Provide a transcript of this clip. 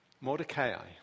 Mordecai